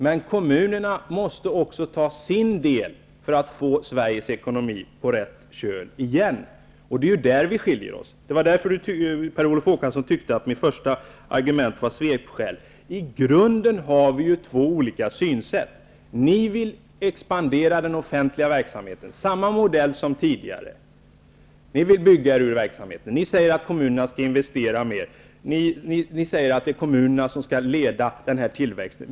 Men kommunerna måste också ta sin del av ansvaret för att få Sveriges ekonomi på rätt köl igen. Det är i det avseendet vi skiljer oss åt, det var därför Per Olof Håkansson tyckte att mitt första argument var ett svepskäl. I grunden har vi två olika synsätt. Ni vill expandera den offentliga verksamheten, dvs. samma modell som tidigare. Ni vill bygga er ur problemen. Ni säger att kommunerna skall investera mer, att det är kommunerna som skall leda tillväxten.